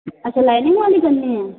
अच्छा लाइनिंग वाली करनी हैं